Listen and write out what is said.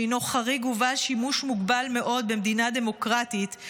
שהינו חריג ובעל שימוש מוגבל מאוד במדינה דמוקרטית,